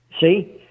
See